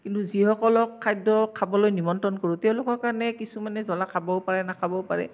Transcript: কিন্তু যিসকলক খাদ্য় খাবলৈ নিমন্ত্ৰণ কৰোঁ তেওঁলোকৰ কাৰণে কিছুমানে জ্বলা খাবও পাৰে নাখাবও পাৰে